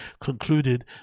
concluded